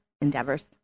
endeavors